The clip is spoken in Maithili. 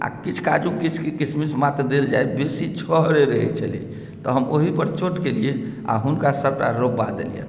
किछु काजू किछुक किसमिस मात्र देल जाय बेसी छुहारे रहैत छलैए तऽ हम ओहिपर चोट केलियै आ हुनका सभटा रोपबा देलियनि